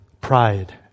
pride